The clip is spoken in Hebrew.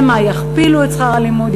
שמא יכפילו את שכר הלימוד,